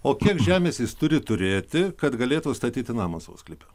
o kiek žemės jis turi turėti kad galėtų statyti namą savo sklype